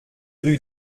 rue